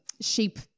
sheep